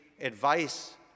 advice